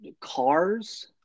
cars